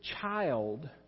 child